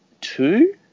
two